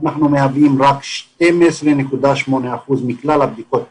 אנחנו מהווים רק 12.8% מכלל הבדיקות בישראל.